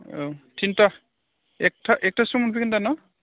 औ तिनथा एकथा एकथासोआव मोनफैगोन दा न'